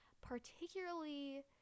particularly